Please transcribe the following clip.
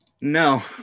No